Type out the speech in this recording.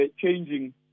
changing